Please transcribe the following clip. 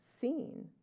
seen